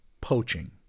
poaching